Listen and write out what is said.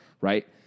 right